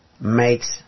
makes